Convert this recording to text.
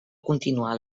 continuar